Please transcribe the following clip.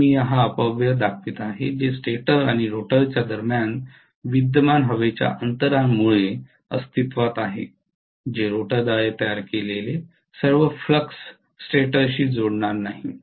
म्हणून मी हा अपव्यय दाखवित आहे जे स्टेटर आणि रोटरच्या दरम्यान विद्यमान हवेच्या अंतरांमुळे अस्तित्वात आहे जे रोटरद्वारे तयार केलेले सर्व फ्लक्स स्टेटरशी जोडले जाणार नाही